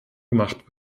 gemacht